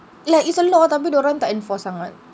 like it's a law tapi dorang tak enforce sangat